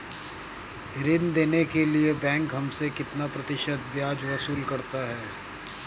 ऋण देने के लिए बैंक हमसे कितना प्रतिशत ब्याज वसूल करता है?